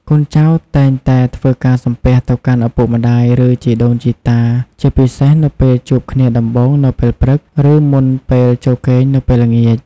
កូនចៅតែងតែធ្វើការសំពះ ទៅកាន់ឪពុកម្តាយ ឬជីដូនជីតា ជាពិសេសនៅពេលជួបគ្នាដំបូងនៅពេលព្រឹក ឬមុនពេលចូលគេងនៅពេលល្ងាច។